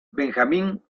benjamin